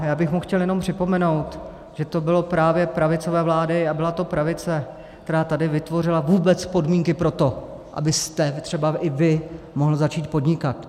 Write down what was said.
Já bych mu chtěl jenom připomenout, že to byly právě pravicové vlády, a byla to pravice, která tady vytvořila vůbec podmínky pro to, abyste třeba i vy mohl začít podnikat.